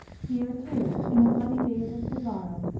here, too, in the bloody days of pizarro,